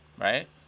Right